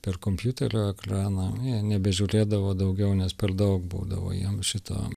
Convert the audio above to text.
per kompiuterio ekraną jie nebežiūrėdavo daugiau nes per daug būdavo jiem šito